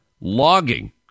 logging